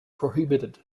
prohibited